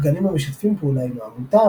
הגנים המשתפים פעולה עם העמותה,